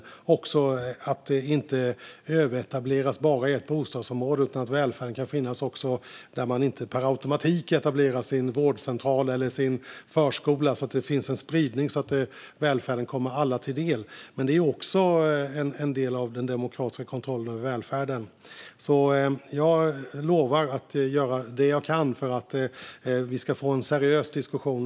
Men det ska inte heller handla om överetableringar i bara ett bostadsområde, utan välfärden ska finnas även där man inte per automatik etablerar sin vårdcentral eller förskola. Det ska finnas en spridning, så att välfärden kommer alla till del. Det är också en del av den demokratiska kontrollen över välfärden. Jag lovar att göra det jag kan för att vi ska få en seriös diskussion.